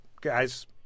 guys –